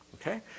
okay